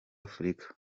afurika